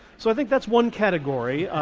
so i think that's one category